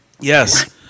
Yes